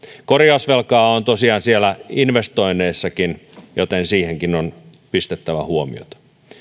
korjausvelkaa on tosiaan siellä investoinneissakin joten siihenkin on pistettävä huomiota